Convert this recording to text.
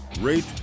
rate